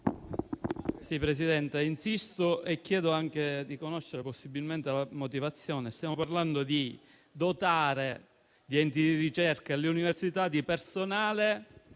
Sì, Presidente, insisto e chiedo anche di conoscere possibilmente la motivazione del parere contrario. Stiamo parlando di dotare gli enti di ricerca e le università di personale